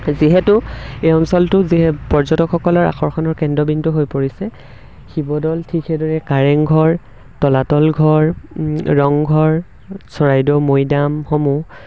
যিহেতু এই অঞ্চলটো যি পৰ্যটকসকলৰ আকৰ্ষণৰ কেন্দ্ৰবিন্দু হৈ পৰিছে শিৱদৌল ঠিক সেইদৰে কাৰেংঘৰ তলাতল ঘৰ ৰংঘৰ চৰাইদেউ মৈদামসমূহ